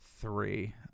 Three